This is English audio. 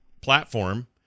platform